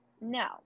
No